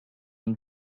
une